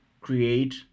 create